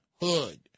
hood